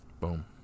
Boom